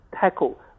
tackle